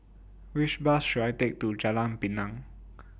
Which Bus should I Take to Jalan Pinang